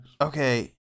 Okay